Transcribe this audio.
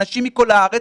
אנשים מכול הארץ,